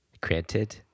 Granted